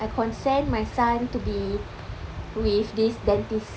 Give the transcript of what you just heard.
I consent my son to be with this dentist